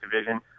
Division